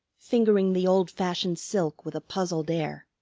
fingering the old-fashioned silk with a puzzled air.